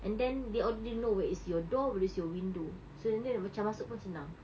and then they already know where is your door where is your window so then macam nak masuk pun senang